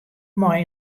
mei